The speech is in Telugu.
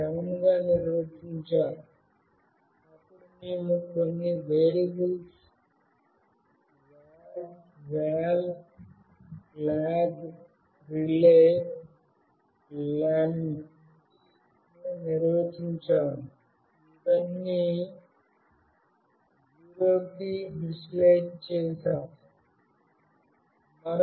అప్పుడు మేము కొన్ని variables val flag rel len నిర్వచించాము ఇవన్నీ0 కు ఇనీషియాలైజ్ చేసాము